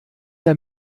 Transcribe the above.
der